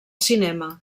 cinema